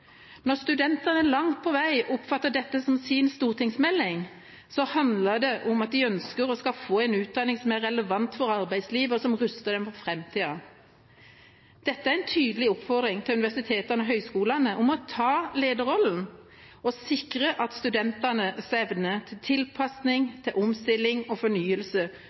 Når studentene langt på vei oppfatter dette som sin stortingsmelding, handler det om at de ønsker seg og skal få en utdanning som er relevant for arbeidslivet, og som ruster dem for framtida. Dette er en tydelig oppfordring til universitetene og høyskolene om å ta lederrollen og sikre at studentenes evne til tilpassing, omstilling og fornyelse